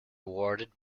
awarded